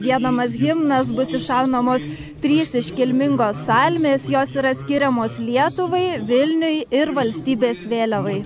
giedamas himnas bus iššaunamos trys iškilmingos salmės jos yra skiriamos lietuvai vilniui ir valstybės vėliavai